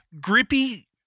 grippy